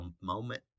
moment